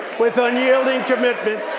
with unyielding commitment.